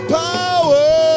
power